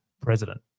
president